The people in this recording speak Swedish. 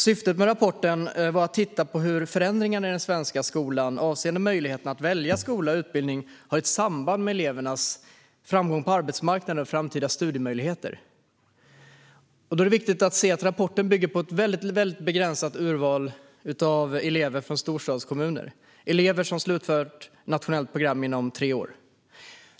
Syftet med rapporten var att titta på hur förändringarna i den svenska skolan avseende möjligheten att välja skola och utbildning har ett samband med elevernas framgång på arbetsmarknaden och framtida studiemöjligheter. Det är viktigt att se att rapporten bygger på ett väldigt begränsat urval av elever från storstadskommuner, elever som slutfört ett nationellt program inom tre år.